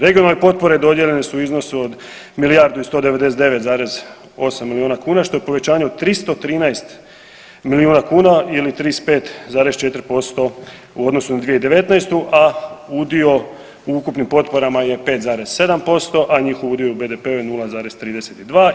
Regionalne potpore dodijeljene su u iznosu od milijardu i 199,8 miliona kuna što je povećanje od 313 miliona kuna ili 35,4% u odnosu na 2019., a udio u ukupnim potporama je 5,7%, a njihov udio u BDP-u je 0,32.